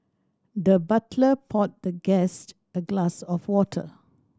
the butler poured the guest a glass of water